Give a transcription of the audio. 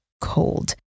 cold